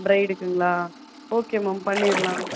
ப்ரைடுக்குங்களா okay ma'am பண்ணிடலாம்